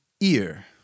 ear